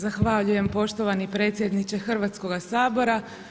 Zahvaljujem poštovani predsjedniče Hrvatskoga sabora.